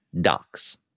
docs